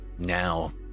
now